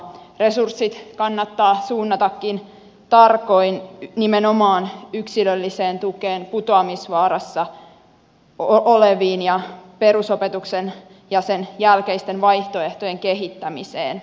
resurssit kannattaa suunnatakin tarkoin nimenomaan yksilölliseen tukeen putoamisvaarassa oleviin ja perusopetuksen ja sen jälkeisten vaihtoehtojen kehittämiseen